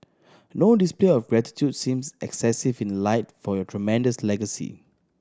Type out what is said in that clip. no display of gratitude seems excessive in light for your tremendous legacy